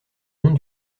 monde